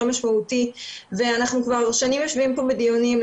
משמעותי ואנחנו כבר שנים יושבים פה בדיונים.